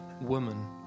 Woman